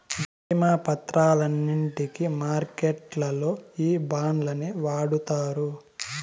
భీమా పత్రాలన్నింటికి మార్కెట్లల్లో ఈ బాండ్లనే వాడుతారు